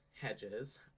Hedges